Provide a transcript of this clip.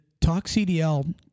TalkCDL